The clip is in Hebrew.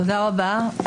תודה רבה.